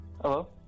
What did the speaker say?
Hello